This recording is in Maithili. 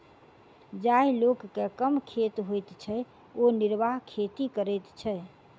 जाहि लोक के कम खेत होइत छै ओ निर्वाह खेती करैत छै